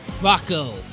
Rocco